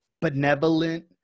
benevolent